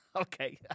Okay